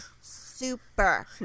super